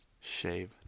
shave